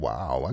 Wow